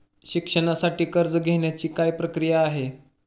शिक्षणासाठी कर्ज घेण्याची काय प्रक्रिया आहे?